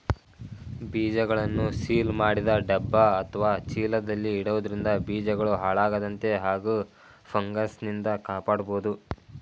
ಬೀಜಗಳನ್ನು ಸೀಲ್ ಮಾಡಿದ ಡಬ್ಬ ಅತ್ವ ಚೀಲದಲ್ಲಿ ಇಡೋದ್ರಿಂದ ಬೀಜಗಳು ಹಾಳಾಗದಂತೆ ಹಾಗೂ ಫಂಗಸ್ನಿಂದ ಕಾಪಾಡ್ಬೋದು